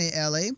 LA